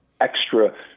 extra –